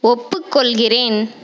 ஒப்புக்கொள்கிறேன்